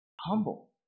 Humble